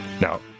Now